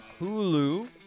Hulu